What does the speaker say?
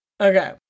Okay